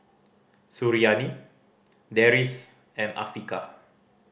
Suriani Deris and Afiqah